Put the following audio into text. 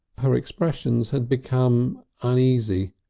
her expression had become uneasy.